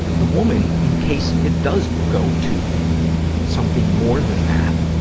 the woman, in case it does go to something more than that.